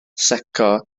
secco